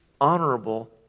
honorable